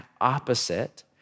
opposite